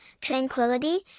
tranquility